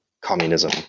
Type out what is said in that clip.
communism